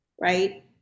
Right